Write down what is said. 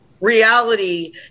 reality